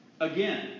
Again